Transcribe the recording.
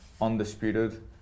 undisputed